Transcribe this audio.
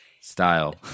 style